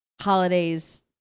holidays